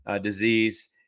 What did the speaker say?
disease